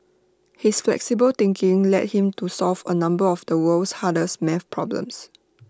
his flexible thinking led him to solve A number of the world's hardest math problems